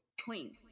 clean